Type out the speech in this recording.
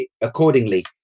accordingly